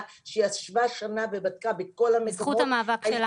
שישבה שנה ובדקה בכל המקומות --- בזכות המאבק שלנו.